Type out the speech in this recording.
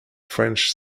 french